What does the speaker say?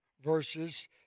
verses